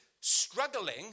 struggling